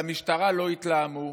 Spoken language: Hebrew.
על המשטרה לא יתלהמו,